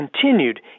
continued